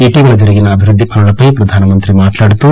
ఇటీవల జరిగిన అభివృద్ది పనులపై ప్రధానమంత్రి మాట్టాడుతూ